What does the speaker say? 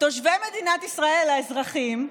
תושבי מדינת ישראל האזרחים,